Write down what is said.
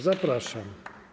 Zapraszam.